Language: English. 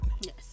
Yes